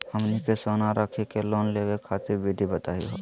हमनी के सोना रखी के लोन लेवे खातीर विधि बताही हो?